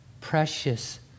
precious